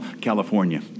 California